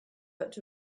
but